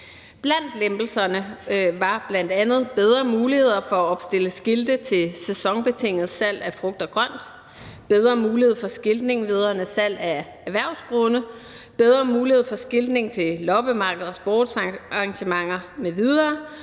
Blandt lempelserne var bl.a. bedre muligheder for at opstille skilte til sæsonbetinget salg af frugt og grønt, bedre mulighed for skiltning vedrørende salg af erhvervsgrunde, bedre mulighed for skiltning til loppemarkeder og sportsarrangementer m.v.,